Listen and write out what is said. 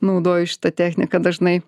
naudoju šitą techniką dažnai